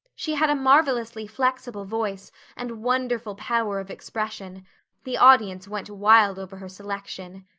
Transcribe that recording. she had a marvelously flexible voice and wonderful power of expression the audience went wild over her selection.